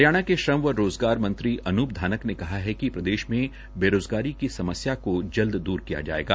हरियाणा के श्रम व रोजगार मंत्री अनूप धानक ने कहा है कि प्रदेश में बेरोजगारी की समस्या को जल्द दूर किया जाएगा